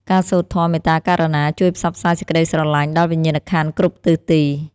ការសូត្រធម៌មេត្តាករុណា ជួយផ្សព្វផ្សាយសេចក្ដីស្រឡាញ់ដល់វិញ្ញាណក្ខន្ធគ្រប់ទិសទី។